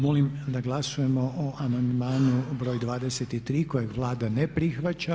Molim da glasujemo o amandmanu br. 23. kojeg Vlada ne prihvaća.